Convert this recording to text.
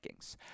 rankings